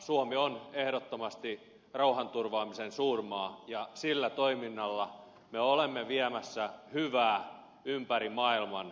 suomi on ehdottomasti rauhanturvaamisen suurmaa ja sillä toiminnalla me olemme viemässä hyvää ympäri maailman